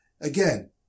again